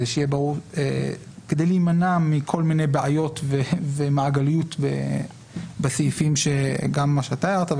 כדי להימנע מכל מיני בעיות ומעגליות בסעיפים שאתה הערת,